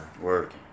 Work